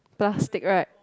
plastic right